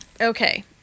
Okay